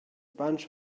bunch